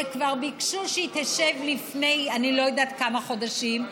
שכבר ביקשו שהיא תשב לפני אני לא יודעת כמה חודשים,